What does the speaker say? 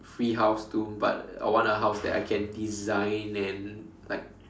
free house too but I want a house that I can design and like